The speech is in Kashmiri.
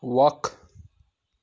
وق